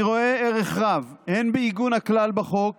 אני רואה ערך רב הן בעיגון הכלל בחוק